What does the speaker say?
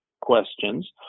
questions